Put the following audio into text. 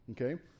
okay